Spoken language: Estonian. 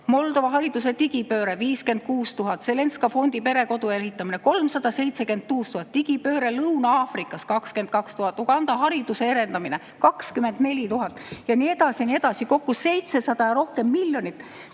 Moldova hariduse digipööre – 56 000 –, Zelenska fondi perekodu ehitamine – 376 000 –, digipööre Lõuna-Aafrikas – 22 000 –, Uganda hariduse edendamine – 24 000 – ja nii edasi ja nii edasi. Kokku 700 ja rohkem miljonit.